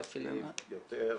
זה פילנתרופיים?